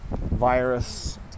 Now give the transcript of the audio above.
virus